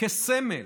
כסמל,